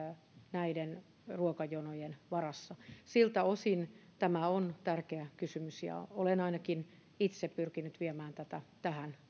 näiden ruokajonojen varassa siltä osin tämä on tärkeä kysymys ja olen ainakin itse pyrkinyt viemään tätä tähän